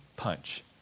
punch